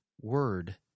word